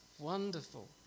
wonderful